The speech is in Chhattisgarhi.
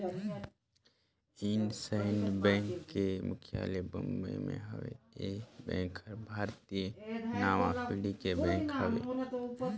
इंडसइंड बेंक के मुख्यालय बंबई मे हेवे, ये बेंक हर भारतीय नांवा पीढ़ी के बेंक हवे